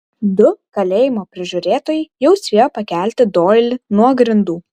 du kalėjimo prižiūrėtojai jau spėjo pakelti doilį nuo grindų